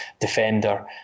defender